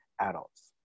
adults